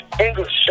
English